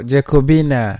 Jacobina